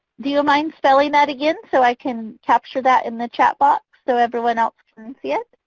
do you mind spelling that again so i can capture that in the chat box so everyone else can and see ah